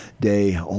day